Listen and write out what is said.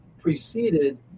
preceded